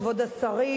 כבוד השרים,